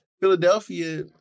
Philadelphia